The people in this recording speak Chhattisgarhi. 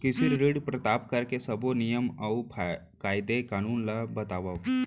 कृषि ऋण प्राप्त करेके सब्बो नियम अऊ कायदे कानून ला बतावव?